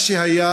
מה שהיה,